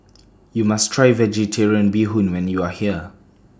YOU must Try Vegetarian Bee Hoon when YOU Are here